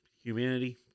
humanity